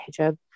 hijab